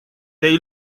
they